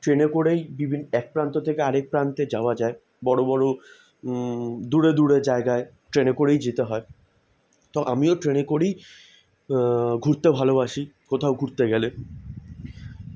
ট্রেনে করেই বিভিন্ন এক প্রান্ত থেকে আরেক প্রান্তে যাওয়া যায় বড়ো বড়ো দূরে দূরে জায়গায় ট্রেনে করেই যেতে হয় তো আমিও ট্রেনে করেই ঘুরতে ভালোবাসি কোথাও ঘুরতে গেলে